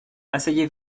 asseyez